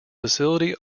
facility